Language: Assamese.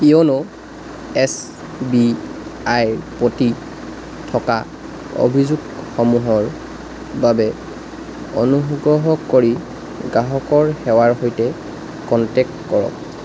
য়োন' এছ বি আই ৰ প্ৰতি থকা অভিযোগসমূহৰ বাবে অনুগ্ৰহ কৰি গ্ৰাহকৰ সেৱাৰ সৈতে কণ্টেক্ট কৰক